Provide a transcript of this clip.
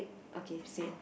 okay same